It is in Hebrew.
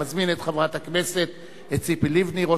אני מזמין את חברת הכנסת ציפי לבני,